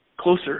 closer